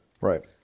Right